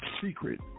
secret